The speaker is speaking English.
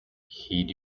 heed